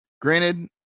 granted